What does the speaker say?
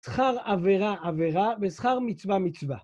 שכר עבירה עבירה ושכר מצווה מצווה.